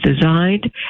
designed